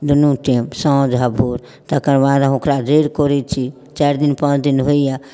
दुनू टाइम साँझ आओर भोर तकरबाद हम ओकरा जड़ि कोड़ै छी चारि दिन पाँच दिन होइए कि